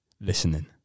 listening